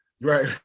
Right